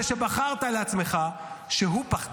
-- בכינוי המוזר הזה שבחרת לעצמך, שהוא "פחדן?